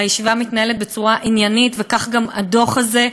הישיבה מתנהלת בצורה עניינית, וכך גם הדוח הזה.